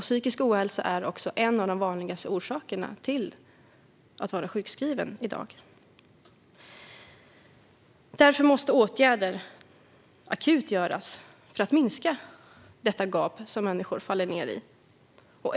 Psykisk ohälsa är i dag en av de vanligaste orsakerna till sjukskrivning. Akuta åtgärder måste vidtas för att minska det gap människor faller ned i.